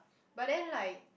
but then like